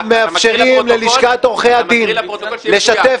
אתה מקריא לפרוטוקול, שיהיה מדויק.